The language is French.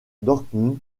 dortmund